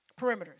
perimeters